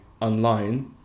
online